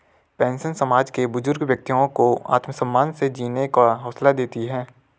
pension समाज के बुजुर्ग व्यक्तियों को आत्मसम्मान से जीने का हौसला देती है